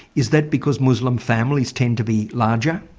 is that because muslim families tend to be larger?